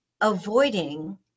avoiding